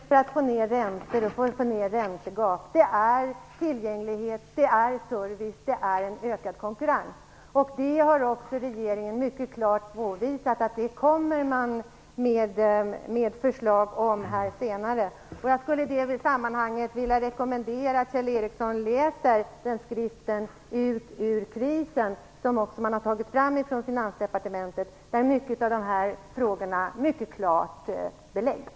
Herr talman! Det bästa sättet, Kjell Ericsson, att få ned räntor och minska räntegap är att ha tillgänglighet, service och ökad konkurrens. Regeringen har mycket klart påvisat att man kommer med förslag här senare. I det sammanhanget skulle jag vilja rekommendera Kjell Ericsson att läsa skriften Ut ur krisen, som har tagits fram av Finansdepartementet. Många av frågorna här beläggs mycket klart i den skriften.